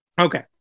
Okay